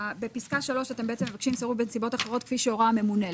בפסקה (3) אתם בעצם מבקשים סירוב בנסיבות אחרות כפי שהורה הממונה.